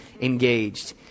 engaged